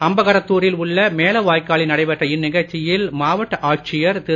அம்பகரத்தூரில் உள்ள மேல வாய்க்காலில் நடைபெற்ற இந்நிகழ்ச்சியில் மாவட்ட ஆட்சியர் திரு